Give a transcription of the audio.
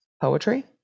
poetry